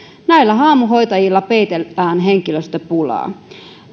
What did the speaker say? näillä haamuhoitajilla peitellään henkilöstöpulaa